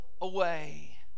away